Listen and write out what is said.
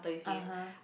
(uh huh)